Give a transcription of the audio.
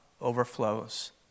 overflows